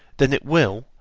then it will,